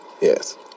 yes